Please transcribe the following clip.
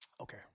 Okay